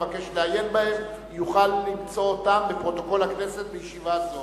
בהם יוכל למצוא אותם בפרוטוקול הכנסת של ישיבה זו.